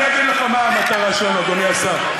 אני אגיד לך מה המטרה שלנו, אדוני השר.